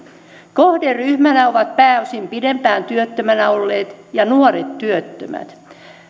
kohderyhmänä ovat pääosin pidempään työttömänä olleet ja nuoret työttömät